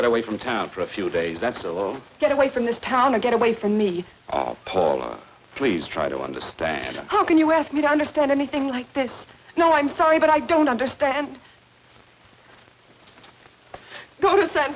get away from town for a few days that's so old get away from this town and get away from me paula please try to understand how can you ask me to understand anything like this no i'm sorry but i don't understand